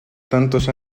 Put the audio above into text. tantos